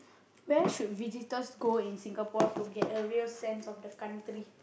where should visitors go in Singapore to get a real sense of the country